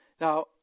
Now